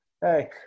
Hey